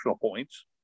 points